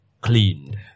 cleaned